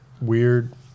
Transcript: Weird